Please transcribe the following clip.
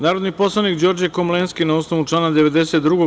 Narodni poslanik Đorđe Komlenski na osnovu člana 92.